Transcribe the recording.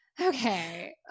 Okay